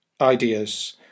ideas